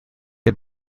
had